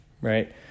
right